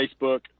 facebook